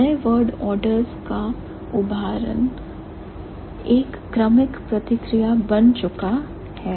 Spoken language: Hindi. नए word orders का उभरना एक क्रमिक प्रक्रिया बन चुका है